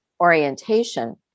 orientation